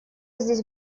здесь